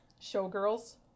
Showgirls